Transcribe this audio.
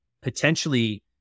potentially